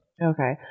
Okay